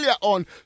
on